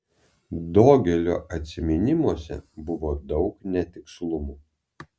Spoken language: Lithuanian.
dogelio atsiminimuose buvo daug netikslumų